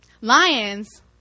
lions